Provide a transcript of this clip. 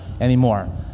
anymore